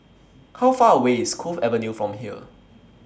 How Far away IS Cove Avenue from here